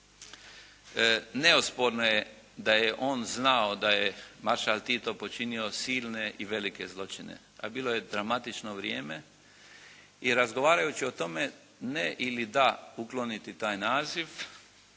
Neosporno je da je on znao da je Maršal Tito počinio silne i velike zločine, a bilo je dramatično vrijeme i razgovarajući o tome ne ili da ukloniti taj naziv